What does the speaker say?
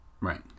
right